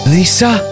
Lisa